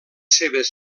seves